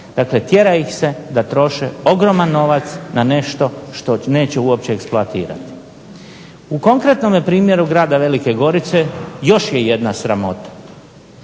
dakle tjera ih se da troše ogroman novac na nešto što neće uopće eksploatirati. U konkretnom primjeru grada Velike Gorice još je jedna sramota.